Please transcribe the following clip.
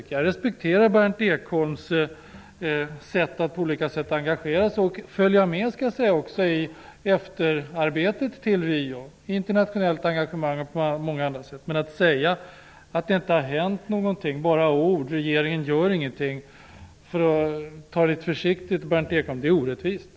Jag respekterar Berndt Ekholms sätt att engagera sig och följa med i arbetet efter Riokonferensen. Han har bl.a. visat ett internationellt engagemang. Men att säga att det inte har hänt någonting, att det bara är fråga om ord och att regeringen inte gör någonting är orättvist, för att uttrycka det litet försiktigt.